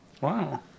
wow